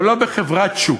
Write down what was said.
אבל לא בחברת שוק.